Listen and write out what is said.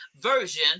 Version